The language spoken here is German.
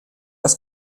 aus